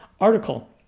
article